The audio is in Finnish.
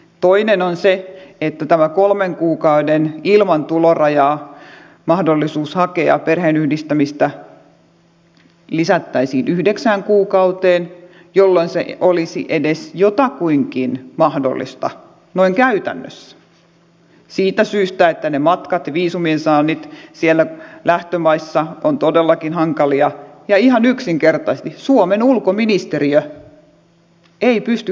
toinen on se että tämä kolmen kuukauden mahdollisuus ilman tulorajaa hakea perheiden yhdistämistä lisättäisiin yhdeksään kuukauteen jolloin se olisi edes jotakuinkin mahdollista noin käytännössä siitä syystä että ne matkat viisumien saannit lähtömaissa ovat todellakin hankalia ja ihan yksinkertaisesti suomen ulkoministeriö ei pysty käsittelemään näitä